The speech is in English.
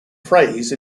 phrase